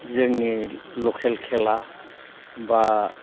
जोंनि लखेल खेला बा